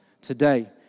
today